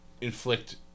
inflict